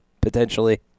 potentially